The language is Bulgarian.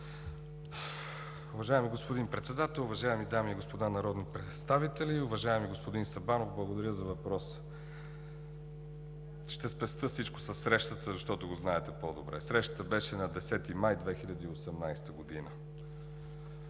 Уважаеми господин Председател, уважаеми дами и господа народни представители! Уважаеми господин Сабанов, благодаря за въпроса. Ще спестя всичко за срещата, защото го знаете по-добре. Срещата беше на 10 май 2018 г.